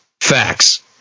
facts